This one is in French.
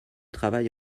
travail